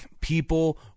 people